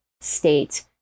state